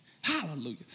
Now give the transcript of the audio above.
Hallelujah